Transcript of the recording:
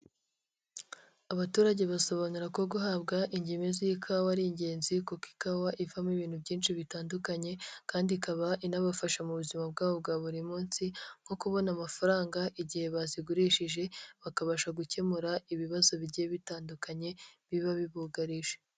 Abaturage basobanura ko guhabwa inge z'ikawa ari ingenzi, kuko ikawa ivamo ibintu byinshi bitandukanye kandi ikaba inabafasha mu buzima bwabo bwa buri munsi, nko kubona amafaranga igihe bazigurishije, bikabasha gukemura ibibazo bigiye bitandukanye biba bibugarije.